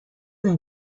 این